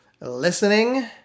listening